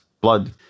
blood